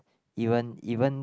even even